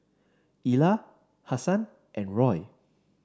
Ilah Hasan and Roy